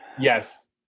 Yes